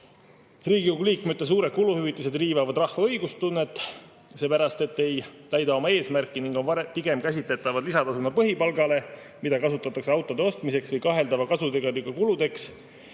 liikmete suured kuluhüvitised riivavad rahva õiglustunnet, seepärast et nad ei täida oma eesmärki ning on pigem käsitletavad lisatasuna põhipalgale, mida kasutatakse autode ostmiseks või kaheldava kasuteguriga kuludeks.